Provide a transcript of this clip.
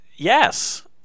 Yes